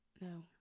no